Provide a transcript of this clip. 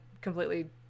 completely